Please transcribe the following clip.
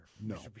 No